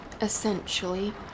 essentially